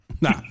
Nah